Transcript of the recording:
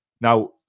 Now